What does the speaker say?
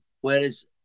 Whereas